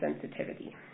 sensitivity